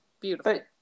beautiful